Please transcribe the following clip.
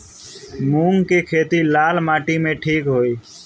मूंग के खेती लाल माटी मे ठिक होई?